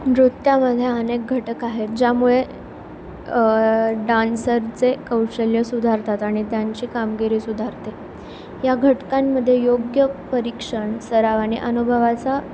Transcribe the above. नृत्यामध्ये अनेक घटक आहेत ज्यामुळे डान्सरचे कौशल्य सुधारतात आणि त्यांची कामगिरी सुधारते या घटकांमध्ये योग्य परीक्षण सरावाने अनुभवाचा